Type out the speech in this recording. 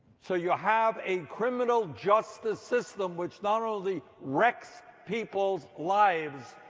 so you have a criminal justice system which not only wrecks people's lives,